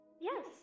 Yes